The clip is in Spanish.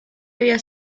había